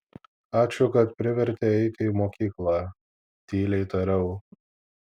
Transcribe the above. ačiū kad privertei eiti į mokyklą tyliai tariau